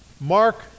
mark